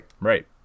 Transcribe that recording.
Right